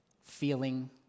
feeling